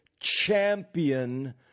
champion